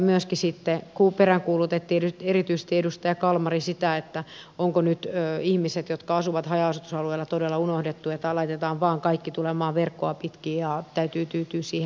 kun myöskin peräänkuulutettiin erityisesti edustaja kalmari peräänkuulutti sitä onko nyt ihmiset jotka asuvat haja asutusalueella todella unohdettu että laitetaan vain kaikki tulemaan verkkoa pitkin ja täytyy tyytyä siihen